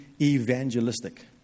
evangelistic